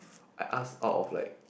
I ask out of like